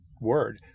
word